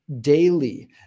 daily